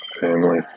family